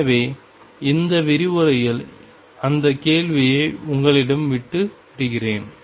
எனவே இந்த விரிவுரையில் அந்த கேள்வியை நான் உங்களிடம் விட்டு விடுகிறேன்